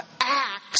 acts